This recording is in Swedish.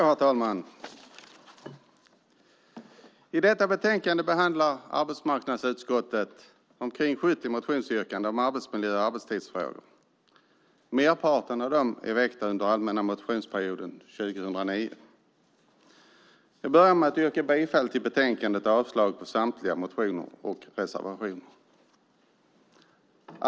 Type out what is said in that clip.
Herr talman! I detta betänkande behandlar arbetsmarknadsutskottet omkring 70 motionsyrkanden om arbetsmiljö och arbetstidsfrågor. Merparten av dem är väckta under den allmänna motionsperioden 2009. Jag yrkar bifall till förslaget i betänkandet och avslag på samtliga motioner och reservationer.